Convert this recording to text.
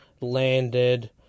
landed